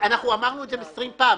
אמרנו את זה עשרים פעם.